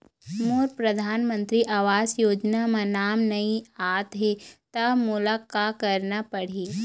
मोर परधानमंतरी आवास योजना म नाम नई आत हे त मोला का करना पड़ही?